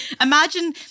Imagine